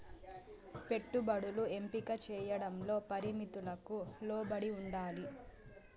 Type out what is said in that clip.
పెట్టుబడులు ఎంపిక చేయడంలో పరిమితులకు లోబడి ఉండాలి